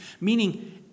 meaning